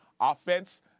offense